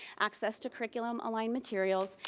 access to curriculum aligned materials,